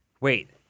wait